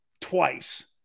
twice